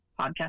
podcast